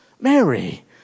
Mary